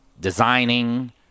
designing